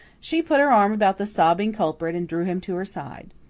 she put her arm about the sobbing culprit, and drew him to her side.